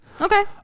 Okay